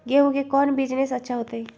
गेंहू के कौन बिजनेस अच्छा होतई?